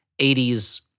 80s